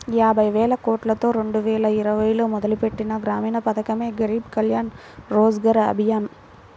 యాబైవేలకోట్లతో రెండువేల ఇరవైలో మొదలుపెట్టిన గ్రామీణ పథకమే గరీబ్ కళ్యాణ్ రోజ్గర్ అభియాన్